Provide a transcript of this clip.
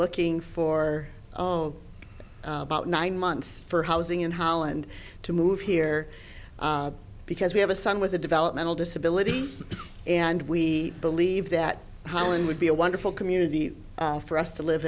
looking for about nine months for housing in holland to move here because we have a son with a developmental disability and we believe that holland would be a wonderful community for us to live